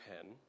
pen